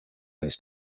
his